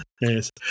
Yes